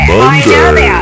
Monday